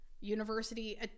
University